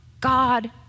God